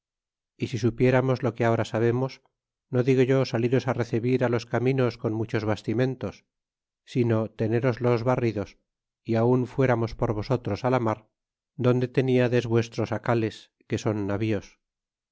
y si supiéramos lo que ahora sabemos no digo yo saliros recebir los caminos con muchos bastimentos sino teneroslos barridos y aun fuéramos por vosotros la mar donde teniades vuestros acales que son navíos